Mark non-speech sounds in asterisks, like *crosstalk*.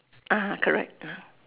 (uh huh) correct *breath*